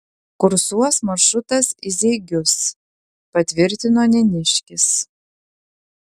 kursuos maršrutas į zeigius patvirtino neniškis